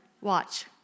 Watch